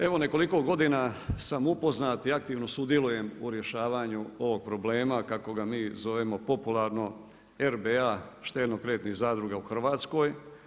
Evo, nekoliko godina sam upoznat i aktivno sudjelujem u rješavanju ovog problema kako ga mi zovemo popularno RBA štedno-kreditnih zadruga u Hrvatskoj.